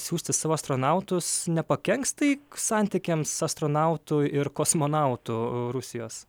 siųsti savo astronautus nepakenks tai santykiams astronautų ir kosmonautų rusijos